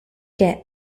che